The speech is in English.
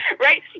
right